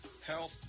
health